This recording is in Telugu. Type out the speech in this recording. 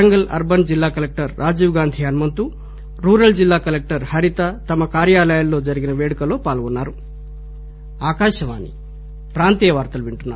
వరంగల్ అర్బన్ జిల్లా కలెక్టర్ రాజీవ్ గాంధీ హనుమంతురూరల్ జిల్లా కలెక్టర్ హరిత తమ కార్యాలయాల్లో జరిగిన పేడుకలలో పాల్గొన్నారు